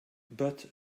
but